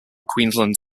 queensland